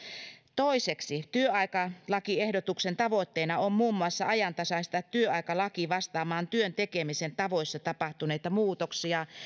toiseksi työaikalakiehdotuksen tavoitteena on muun muassa ajantasaistaa työaikalaki vastaamaan työn tekemisen tavoissa tapahtuneita muutoksia